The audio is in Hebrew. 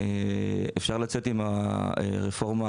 אפשר לצאת עם הרפורמה,